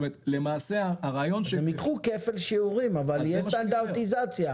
הם ייקחו כפל שיעורים אבל יהיה סטנדרטיזציה,